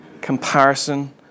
comparison